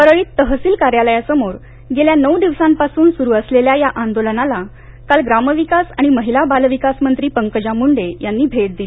परळीत तहसील कार्यालयासमोर गेल्या नऊ दिवसांपासून सुरू असलेल्या या आंदोलनाला काल ग्रामविकास आणि महिला बालविकासमंत्री पंकजा मुंडे यांनी भेट दिली